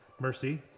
mercy